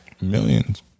Millions